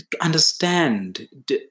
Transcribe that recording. understand